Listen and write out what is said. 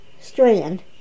strand